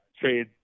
trade